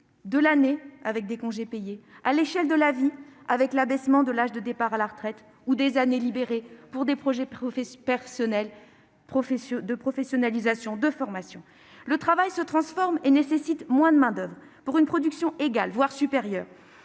de l'année, avec les congés payés ; ou à l'échelle de la vie, avec l'abaissement de l'âge de départ à la retraite et des années libérées pour des projets de professionnalisation et de formation. Le travail se transforme et nécessite moins de main-d'oeuvre, pour une production égale, voire supérieure.